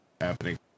happening